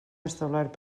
establert